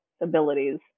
abilities